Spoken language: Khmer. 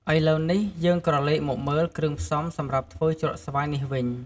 ឥឡូវនេះ យើងក្រឡេកមកមើលគ្រឿងផ្សំសម្រាប់ធ្វើជ្រក់ស្វាយនេះវិញ។